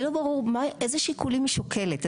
לי לא ברור איזה שיקולים היא שוקלת?